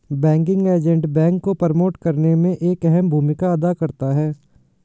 banking agent bank को promote करने में एक अहम भूमिका अदा करता है